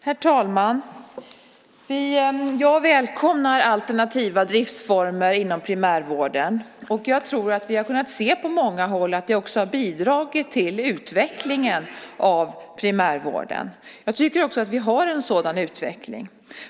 Herr talman! Jag välkomnar alternativa driftsformer inom primärvården. Vi har på många håll också kunnat se att det har bidragit till utvecklingen av primärvården. Jag tycker att vi har en sådan utveckling.